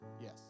yes